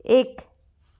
एक